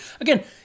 again